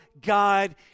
God